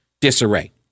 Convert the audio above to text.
disarray